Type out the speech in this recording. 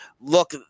look